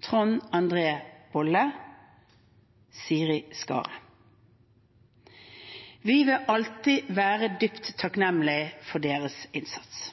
Trond André Bolle Siri Skare Vi vil alltid være dypt takknemlig for deres innsats.